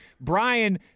Brian –